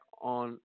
on